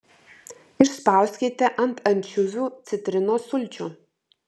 išspauskite ant ančiuvių citrinos sulčių